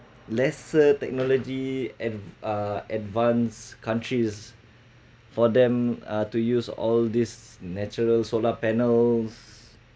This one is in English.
lesser technology and uh advanced countries for them uh to use all this natural solar panels